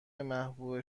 محبوب